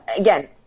again